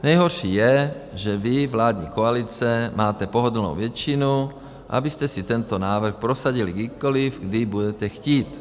Nejhorší je, že vy, vládní koalice, máte pohodlnou většinu, abyste si tento návrh prosadili kdykoliv, kdy budete chtít.